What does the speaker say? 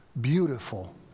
beautiful